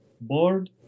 board